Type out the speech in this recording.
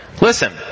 listen